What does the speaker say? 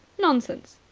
nonsense,